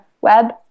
web